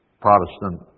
Protestant